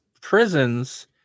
prisons